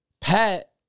Pat